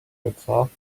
headscarf